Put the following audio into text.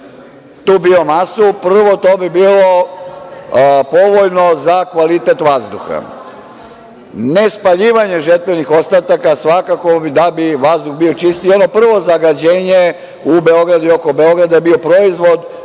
tu biomasu, prvo to bi bilo povoljno za kvalitet vazduha, nespaljivanjem žetvenih ostataka svakako da bi vazduh bio čistiji. Ono prvo zagađenje u Beogradu i oko Beograda bi bio proizvod